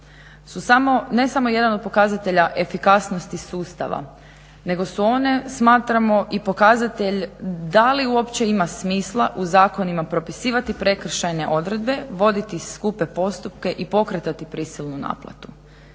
su ne samo jedan od pokazatelja efikasnosti sustava nego su one smatramo i pokazatelj da li uopće ima smisla u zakonima propisivati prekršajne odredbe, voditi skupe postupke i pokretati prisilnu naplatu.